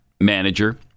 manager